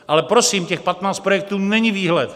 Ale prosím, těch patnáct projektů není výhled.